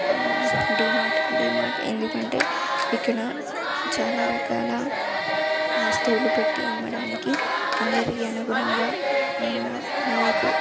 D mart D mart ఎందుకంటే ఇక్కడ చాలా రకాల వస్తువులు పెట్టి అమ్మడానికి అందరికి అనుగుణంగా వాళ్ళకు